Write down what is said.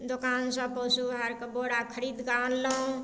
दोकान सऽ पशु आहारके बोरा खरीद कऽ आनलहुॅं